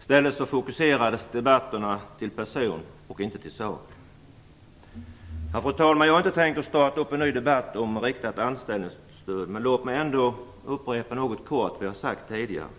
I stället fokuserades debatten på person och inte på sak. Fru talman! Jag har inte tänkt starta en ny debatt om riktat anställningsstöd, men låt mig ändå kortfattat upprepa vad jag har sagt tidigare.